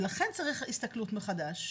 ולכן, צריך הסתכלות מחדש,